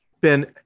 Ben